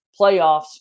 playoffs